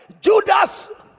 Judas